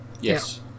Yes